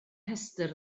rhestr